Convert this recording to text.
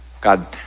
God